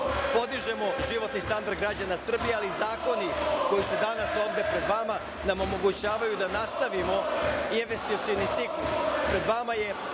podižemo životni standard građana Srbije, ali i zakoni koji su danas ovde pred vama nam omogućavaju da nastavimo investicioni ciklus. Pred vama je